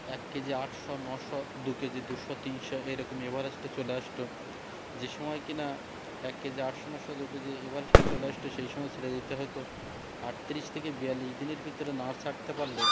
এক কেজি আটশো নশো দু কেজি দুশো তিনশো এরকম এভারেস্টে চলে আসতো যে সময় কি না এক কেজি আটশো নশো দু কেজি এভারেস্টে চলে আসতো সেই সময় ছেড়ে দিতে হতো আটত্রিশ থেকে বিয়াল্লিশ দিনের ভিতরে না ছাড়তে পারলে